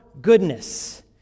goodness